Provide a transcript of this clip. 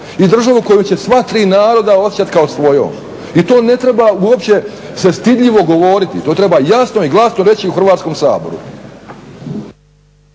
i državu koju će sva tri naroda osjećat kao svojom i to ne treba uopće se stidljivo govoriti. To treba jasno i glasno reći u Hrvatskom saboru.